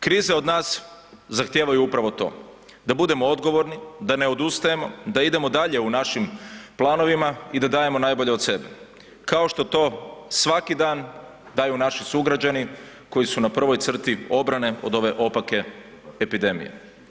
Krize od nas zahtijevaju upravo to, da budemo odgovorni, da ne odustajemo, da idemo dalje u našim planovima i da dajemo najbolje od sebe, kao što to svaki dan daju naši sugrađani koji su na prvoj crti obrane od ove opake epidemije.